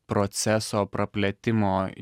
proceso praplėtimo